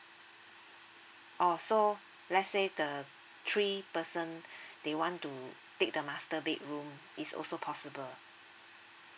oh so let's say the three person they want to take the master bedroom it's also possible